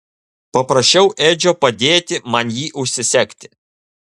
paprašiau edžio padėti man jį užsisegti